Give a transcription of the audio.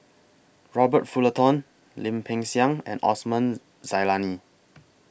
Robert Fullerton Lim Peng Siang and Osman Zailani